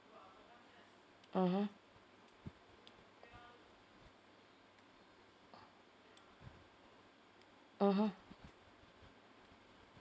mmhmm mmhmm